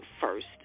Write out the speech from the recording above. first